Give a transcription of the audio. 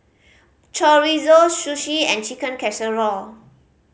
Chorizo Sushi and Chicken Casserole